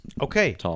Okay